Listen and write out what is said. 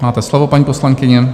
Máte slovo, paní poslankyně.